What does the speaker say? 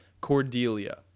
Cordelia